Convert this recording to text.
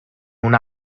una